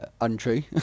untrue